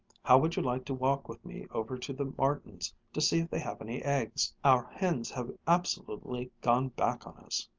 how would you like to walk with me over to the martins' to see if they have any eggs? our hens have absolutely gone back on us.